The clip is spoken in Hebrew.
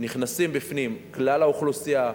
נכנסים בפנים כלל האוכלוסייה: